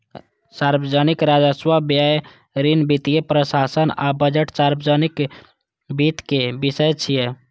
सार्वजनिक राजस्व, व्यय, ऋण, वित्तीय प्रशासन आ बजट सार्वजनिक वित्तक विषय छियै